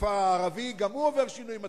הכפר הערבי, שגם הוא עובר שינויים עצומים,